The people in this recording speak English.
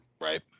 Right